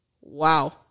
Wow